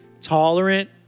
tolerant